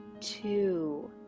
Two